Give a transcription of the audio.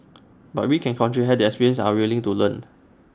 but we can contribute have the experience and are willing to learn